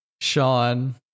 Sean